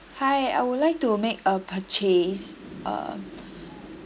hi I would like to make a purchase uh